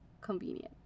convenient